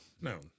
No